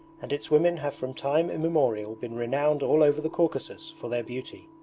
and its women have from time immemorial been renowned all over the caucasus for their beauty.